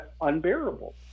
unbearable